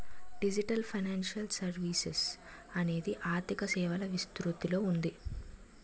digital financial services అనేది ఆర్థిక సేవల విస్తృతిలో ఉంది